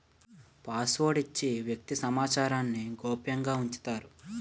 password ఇచ్చి వ్యక్తి సమాచారాన్ని గోప్యంగా ఉంచుతారు